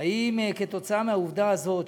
האם בגלל העובדה הזאת,